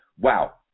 wow